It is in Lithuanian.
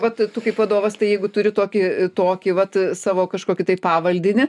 vat tu kaip vadovas tai jeigu turi tokį tokį vat savo kažkokį tai pavaldinį